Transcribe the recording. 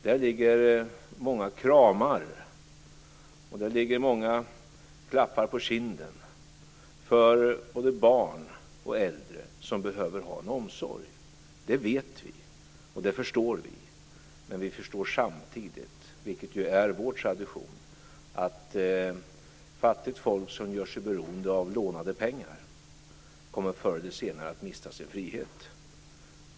Där ligger många kramar och många klappar på kinden för både barn och äldre som behöver ha omsorg. Det vet vi, och det förstår vi. Men vi förstår samtidigt - vilket ju är vår tradition - att fattigt folk som gör sig beroende av lånade pengar förr eller senare kommer att mista sin frihet.